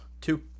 Two